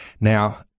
Now